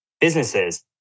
businesses